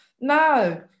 no